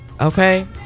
okay